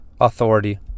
authority